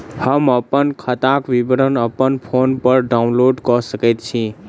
हम अप्पन खाताक विवरण अप्पन फोन पर डाउनलोड कऽ सकैत छी?